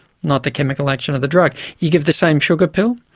not the chemical action of the drug. you give the same sugar pill,